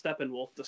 Steppenwolf